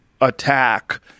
attack